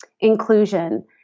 inclusion